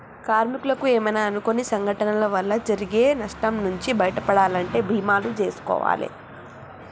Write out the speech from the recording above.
కార్మికులకు ఏమైనా అనుకోని సంఘటనల వల్ల జరిగే నష్టం నుంచి బయటపడాలంటే బీమాలు జేసుకోవాలే